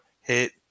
hit